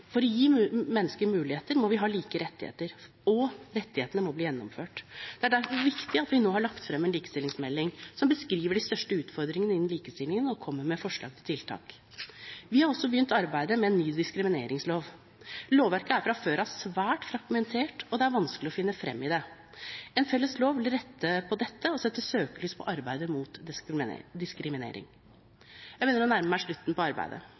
For å gi mennesker muligheter må de ha like rettigheter, og rettighetene må bli gjennomført. Det er derfor viktig at vi nå har lagt frem en likestillingsmelding som beskriver de største utfordringene innen likestillingen og kommer med forslag til tiltak. Vi har også begynt arbeidet med en ny diskrimineringslov. Lovverket er fra før av svært fragmentert, og det er vanskelig å finne frem i det. En felles lov vil rette på dette og sette søkelyset på arbeidet mot diskriminering. Jeg begynner å nærme meg slutten av innlegget og vil avslutte med et perspektiv som jeg tror det er